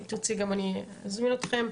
אם תרצי, אני גם אזמין אתכם.